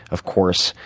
of course,